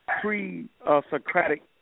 pre-Socratic